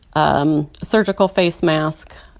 um surgical face mask,